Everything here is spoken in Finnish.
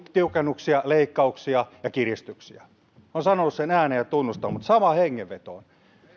tiukennuksia leikkauksia ja kiristyksiä minä olen sanonut sen ääneen ja tunnustan mutta samaan hengenvetoon me